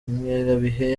ingengabihe